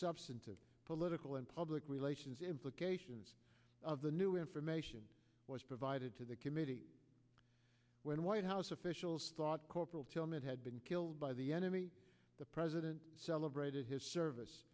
substantive political and public relations implications of the new information was provided to the committee when white house officials thought corporal tillman had been killed by the enemy the president celebrated his service